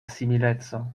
simileco